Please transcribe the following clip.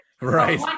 Right